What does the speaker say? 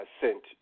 sent